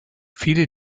viele